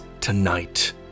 tonight